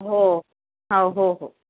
हो हो हो